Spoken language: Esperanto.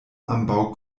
ambaŭ